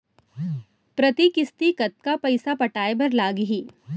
प्रति किस्ती कतका पइसा पटाये बर लागही?